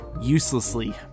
uselessly